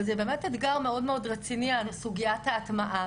וזה באמת אתגר מאד רציני סוגיית ההטמעה,